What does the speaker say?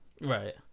Right